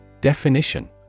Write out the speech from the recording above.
Definition